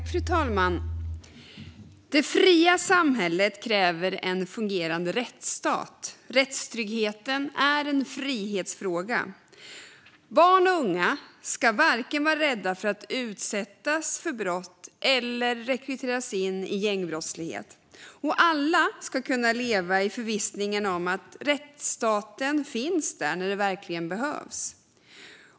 Fru talman! Det fria samhället kräver en fungerande rättsstat. Rättstrygghet är en frihetsfråga. Barn och unga ska inte vara rädda för att utsättas för brott eller för att rekryteras in i gängbrottslighet. Alla ska kunna leva i förvissningen om att rättsstaten finns där när det verkligen behövs.